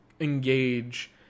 engage